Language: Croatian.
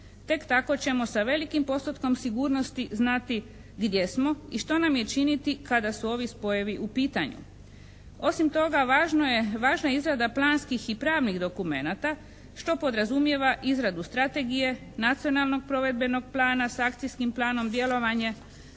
Tek tako ćemo sa velikim postotkom sigurnosti znati gdje smo i što nam je činiti kada su ovi spojevi u pitanju. Osim toga važna je izrada planskih i pravnih dokumenata što podrazumijeva izradu strategije, nacionalnog provedbenog plana s akcijskim planom djelovanje,